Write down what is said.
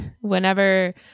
whenever